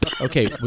Okay